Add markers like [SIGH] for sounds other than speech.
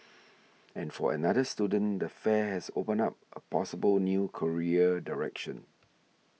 [NOISE] an for another student the fair has opened up a possible new career direction